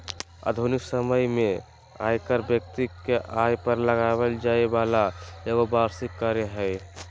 आधुनिक समय में आयकर व्यक्ति के आय पर लगाबल जैय वाला एगो वार्षिक कर हइ